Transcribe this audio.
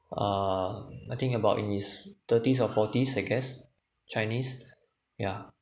uh I think about in his thirties or forties I guess chinese yeah